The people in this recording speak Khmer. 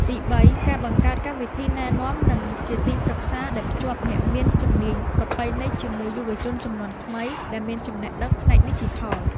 ទីបី ការបង្កើតកម្មវិធីណែនាំនិងជាទីប្រឹក្សា ដែលភ្ជាប់អ្នកមានជំនាញប្រពៃណីជាមួយយុវជនជំនាន់ថ្មីដែលមានចំណេះដឹងផ្នែកឌីជីថល។